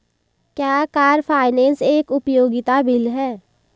क्या car finance एक उपयोगिता बिल है?